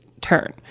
turn